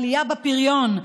עלייה בפריון,